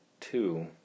two